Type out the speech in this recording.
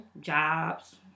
jobs